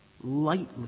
lightly